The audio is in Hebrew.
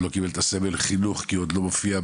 לא קיבל את הסמל חינוך כי הוא עוד לא מופיע,